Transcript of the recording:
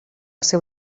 seu